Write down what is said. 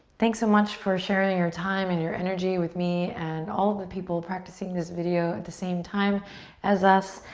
thanks so much for sharing your time and your energy with me and all of the people practicing this video at the same time as us.